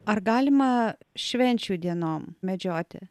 ar galima švenčių dienom medžioti